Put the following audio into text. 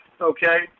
okay